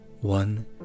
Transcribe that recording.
one